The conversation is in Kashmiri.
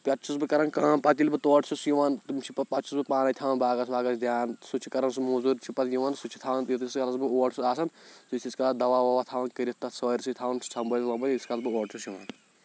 پٮ۪ٹھ چھُس بہٕ کَران کٲم پَتہٕ ییٚلہٕ بہٕ تورٕ چھُس یِوان تیٚمِس چھِ پَتہٕ پَتہٕ چھُس بہٕ پانَے تھوان باغس واغس دھیان سُہ چھُ کَران سُہ موزوٗرۍ تہِ چھِ پَتہٕ یِوان سُہ تہِ تھَوان ییٚتِس کالَس بہٕ اور چھُس آسان سُہ چھِ تیٖتِس کالَس دَوا وَوا تھوان کٔرِتھ تَتھ سٲرسٕے تھَوان چھُ سنٛبھٲلِتھ ونٛبھٲلِتھ ییٖتِس کالَس بہٕ اورٕ چھُس یِوان